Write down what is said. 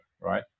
right